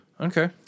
Okay